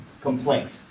complaint